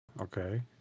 Okay